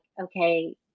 okay